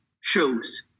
shows